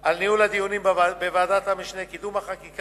על ניהול הדיונים בוועדת המשנה, על קידום החקיקה,